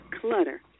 Clutter